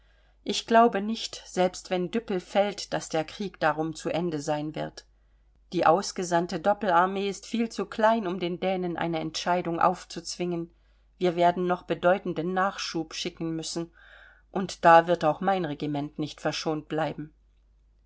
ich glaube nicht selbst wenn düppel fällt daß der krieg darum zu ende sein wird die ausgesandte doppelarmee ist viel zu klein um den dänen eine entscheidung aufzuzwingen wir werden noch bedeutenden nachschub schicken müssen und da wird auch mein regiment nicht verschont bleiben